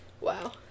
Wow